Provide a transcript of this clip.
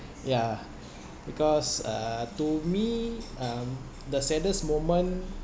yeah because uh to me um the saddest moment